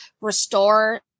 restore